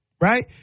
Right